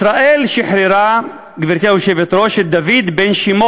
ישראל שחררה, גברתי היושבת-ראש, את דוד בן-שימול,